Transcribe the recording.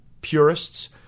purists